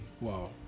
Wow